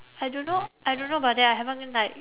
I don't know I don't know but then I haven't go and like